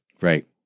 Right